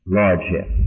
lordship